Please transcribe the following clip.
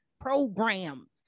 program